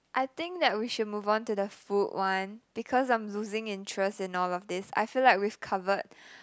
I think that we should move on to the food one because I'm losing interest in all of this I feel like we've covered